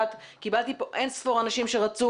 קיבלתי כאן פניות מאין ספור אנשים שרצו